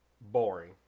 boring